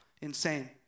insane